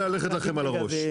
ביחד.